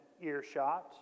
earshot